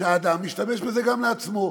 שהאדם משתמש בזה גם לעצמו.